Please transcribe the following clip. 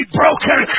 broken